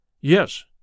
Yes